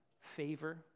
favor